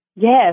Yes